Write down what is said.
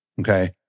Okay